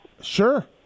Sure